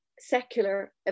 secular